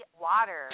water